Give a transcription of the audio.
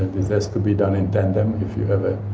it has to be done in tandem if you have a